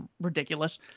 ridiculous